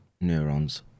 neurons